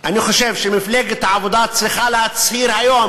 אני חושב שמפלגת העבודה צריכה להצהיר היום